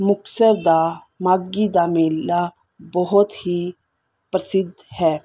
ਮੁਕਤਸਰ ਦਾ ਮਾਘੀ ਦਾ ਮੇਲਾ ਬਹੁਤ ਹੀ ਪ੍ਰਸਿੱਧ ਹੈ